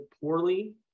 poorly